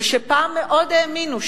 ושפעם מאוד האמינו.